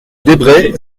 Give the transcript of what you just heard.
desbrest